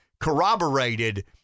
corroborated